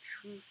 truth